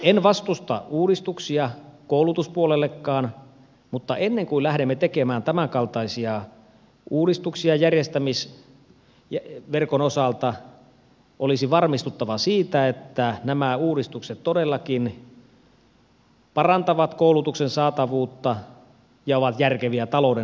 en vastusta uudistuksia koulutuspuolellekaan mutta ennen kuin lähdemme tekemään tämänkaltaisia uudistuksia järjestämisverkon osalta olisi varmistuttava siitä että nämä uudistukset todellakin parantavat koulutuksen saatavuutta ja ovat järkeviä talouden näkökulmasta